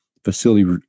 Facility